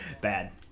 bad